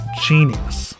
genius